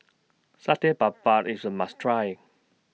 Satay Babat IS A must Try